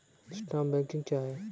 Stock broking क्या है?